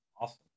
awesome